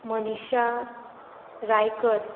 Manisha Raikar